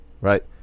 Right